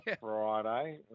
Friday